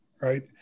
right